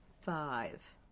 five